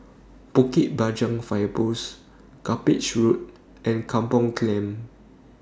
Bukit Panjang Fire Post Cuppage Road and Kampung Clam